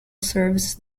services